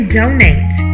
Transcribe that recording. donate